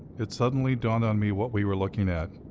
it suddenly dawned on me what we were looking at.